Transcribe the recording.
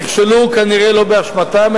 נכשלו כנראה לא באשמתם,